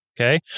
Okay